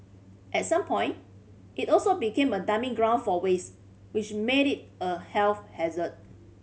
at some point it also became a dumping ground for waste which made it a health hazard